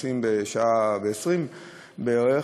נוסעים שעה ו-20 בערך,